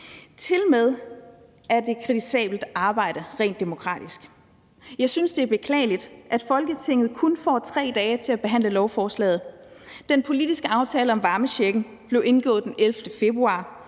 Tilmed er det kritisabelt arbejde rent demokratisk. Jeg synes, det er beklageligt, at Folketinget kun får 3 dage til at behandle lovforslaget. Den politiske aftale om varmechecken blev indgået den 11. februar,